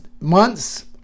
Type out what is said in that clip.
months